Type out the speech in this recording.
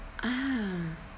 ah